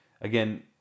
again